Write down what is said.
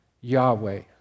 Yahweh